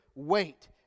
Wait